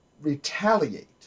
retaliate